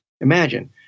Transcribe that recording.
Imagine